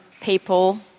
people